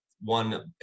one